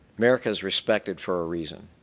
america is respected for a reason.